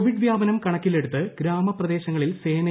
Covid വ്യാപനം കണക്കിലെടുത്ത് ഗ്രാമ പ്രദേശങ്ങളിൽ സേനയെ പറഞ്ഞു